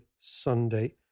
Sunday